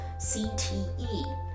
CTE